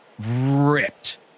ripped